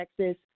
Texas